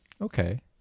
Okay